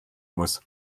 muss